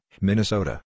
Minnesota